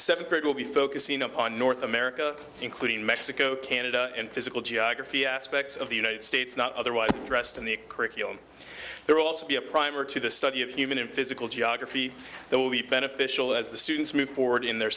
separate will be focusing upon north america including mexico canada and physical geography aspects of the united states not otherwise dressed in the curriculum there will also be a primer to the study of human and physical geography that will be beneficial as the students move forward in their